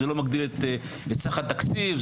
זה לא מגדיל את סך התקציב,